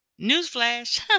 Newsflash